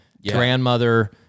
grandmother